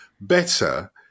better